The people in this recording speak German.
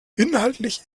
inhaltlich